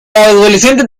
adolescente